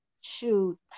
Shoot